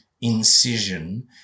incision